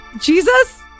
Jesus